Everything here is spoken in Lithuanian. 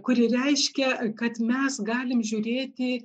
kuri reiškia kad mes galim žiūrėti